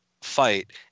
fight